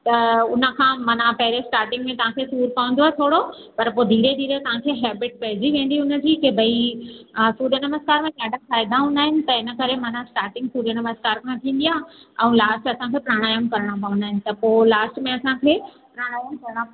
त उनखां माना पहिरीं स्टार्टिंग में तव्हांखे सूरु पवंदुव थोरो पर पोइ धीरे धीरे तव्हांखे हेबिट पइजी वेंदी हुनजी भई अ सूर्य नमस्कार में ॾाढा फ़ाइदा हूंदा आहिनि त हिन करे माना स्टार्टिंग सूर्य नमस्कार खां थींदी आहे ऐं लास्ट असांखे प्रणायाम करिणा पवंदा आहिनि त पोइ लास्ट में असांखे प्रणायाम करिणा